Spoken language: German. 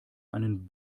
einen